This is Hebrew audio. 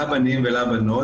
לבנים ולבנות,